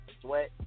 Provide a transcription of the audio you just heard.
sweat